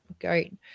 Great